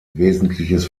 wesentliches